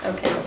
Okay